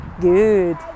Good